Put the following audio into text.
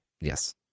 Yes